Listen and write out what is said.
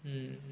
mm